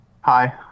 Hi